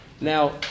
Now